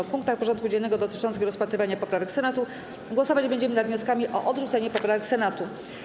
W punktach porządku dziennego dotyczących rozpatrywania poprawek Senatu głosować będziemy nad wnioskami o odrzucenie poprawek Senatu.